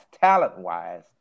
talent-wise